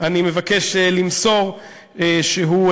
אני מבקש למסור שהוא,